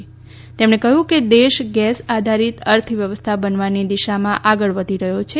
શ્રી પ્રધાને કહ્યું કે દેશ ગેસ આધારિત અર્થવ્યવસ્થા બનવાની દિશામાં આગળ વધી રહ્યો છે